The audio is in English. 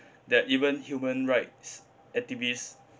that even human rights activists